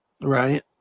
Right